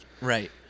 Right